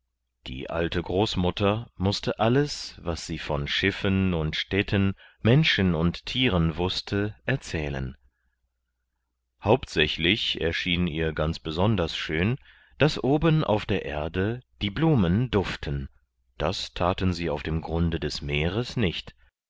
die alte großmutter mußte alles was sie von schiffen und städten menschen und tieren wußte erzählen hauptsächlich erschien ihr ganz besonders schön daß oben auf der erde die blumen duften das thaten sie auf dem grunde des meeres nicht